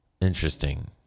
interesting